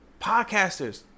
podcasters